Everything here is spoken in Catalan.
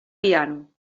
piano